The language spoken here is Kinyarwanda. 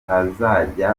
utazajya